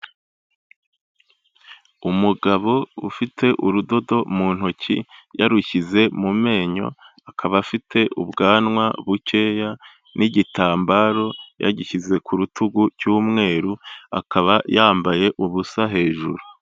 Umugabo ufite urudodo mu ntoki, yarushyize mu menyo, akaba afite ubwanwa bukeya n'igitambaro yagishyize ku rutugu cy'umweru, akaba yambaye ubusa hejuru.